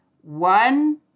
One